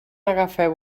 agafeu